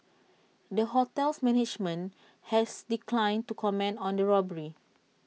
the hotel's management has declined to comment on the robbery